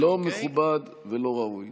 לא מכובד ולא ראוי,